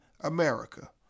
America